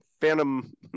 phantom